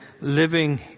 living